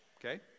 Okay